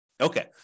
Okay